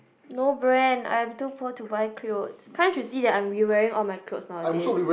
no brand I'm too poor to buy clothes can't you see that I'm re wearing all my clothes nowadays